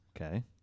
Okay